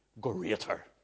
greater